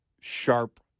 sharp